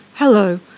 Hello